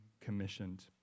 commissioned